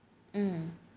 hmm